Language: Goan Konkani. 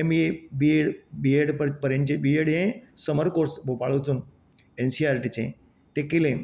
M A B Ed B Ed पर्यतचे बी एड हे समर कॉर्स भोपाळ वचून एन सी आर टि चे ते केले